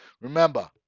Remember